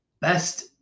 Best